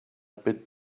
bit